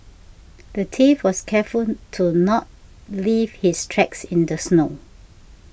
the thief was careful to not leave his tracks in the snow